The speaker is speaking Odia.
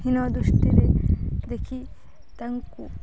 ହୀନ ଦୃଷ୍ଟିରେ ଦେଖି ତାଙ୍କୁ